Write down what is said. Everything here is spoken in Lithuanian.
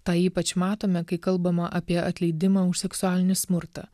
tą ypač matome kai kalbama apie atleidimą už seksualinį smurtą